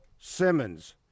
Simmons